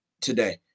today